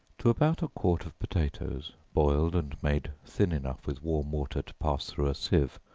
to about a quart of potatoes, boiled and made thin enough with warm water to pass through a sieve,